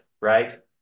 right